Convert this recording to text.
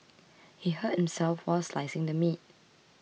he hurt himself while slicing the meat